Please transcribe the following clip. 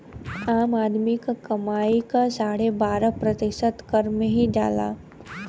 आम आदमी क कमाई क साढ़े बारह प्रतिशत कर में ही जाला